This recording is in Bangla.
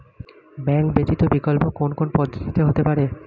ব্যাংক ব্যতীত বিকল্প কোন কোন পদ্ধতিতে হতে পারে?